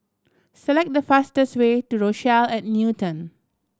select the fastest way to Rochelle at Newton